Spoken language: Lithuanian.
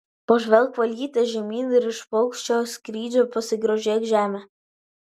pažvelk valyte žemyn ir iš paukščio skrydžio pasigrožėk žeme